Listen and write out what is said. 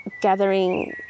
gathering